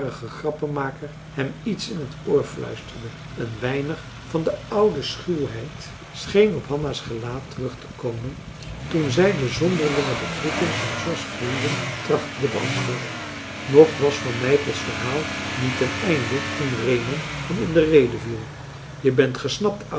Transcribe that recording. grappenmaker hem iets in het oor fluisterde een weinig van de oude schuwheid scheen op hanna's gelaat terugtekomen toen zij de zonderlinge begroeting van george's vrienden trachtte te beantwoorden nog was van nypel's verhaal niet ten einde toen reeman hem in de rede viel je bent gesnapt